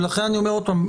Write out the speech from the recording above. ולכן אני אומר עוד פעם,